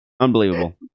Unbelievable